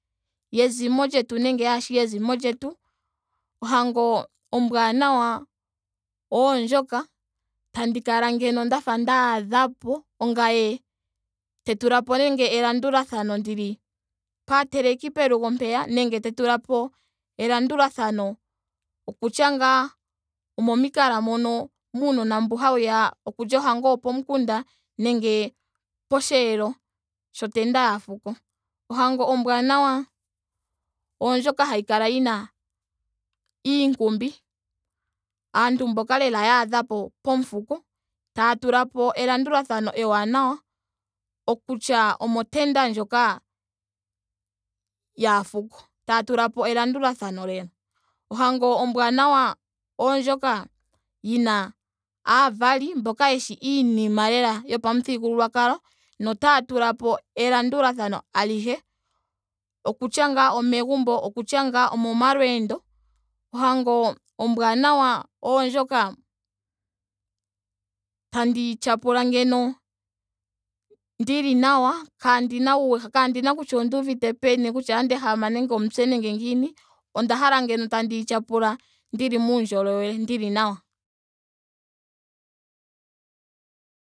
Yezimo lyetu nenge yaashi lyezimo lyetu. Ohango ombwaanawa oondjoka tandi kala ngeno ndafa ndaadhapo. ongame tandi tulapo nando elandulathano ndili paateleki pelugo mpeya. nenge te tulapo elandulathano okutya ngaa omomikalo mono muonona mbu hawu ya okulya ohango yopomukunda. nenge posheelo shotenda yaafuko. Ohango ombwaanawa oondjoka hayi kala yina iinkumbi. aantu lela mboka yaadhapo pomufuko. taya tulapo elandulathano ewanawa okutya omotenda ndjoka yaafuko. taya tulapo elandulathano lela. Ohango ombwaanawa oondjoka yina aavali mboka yeshi iinima lela yopamuthigululwakalo notaya tulapo elandulathano alihe okutya ngaa omehumbo. okutya ngaa omomalweendo. ohango ombwaanawa oondjoka tandiyi tyapula ngeno ndili nawa. kaandina uuwehame kaandina kutya onduuvite peni. nenge otandi ehama omutse nenge ngiini. onda hala ngeno tandiyi tyapula ndili muundjolowele. ndili nawa